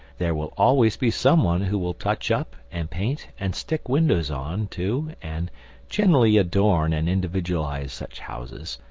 there will always be someone who will touch up and paint and stick windows on to and generally adorn and individualise such houses,